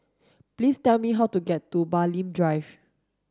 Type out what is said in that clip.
please tell me how to get to Bulim Drive